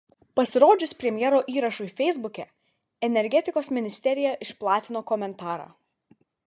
pasirodžius premjero įrašui feisbuke energetikos ministerija išplatino komentarą